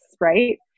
right